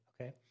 okay